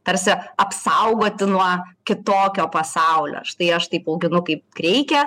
tarsi apsaugoti nuo kitokio pasaulio štai aš taip auginu kaip reikia